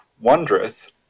Wondrous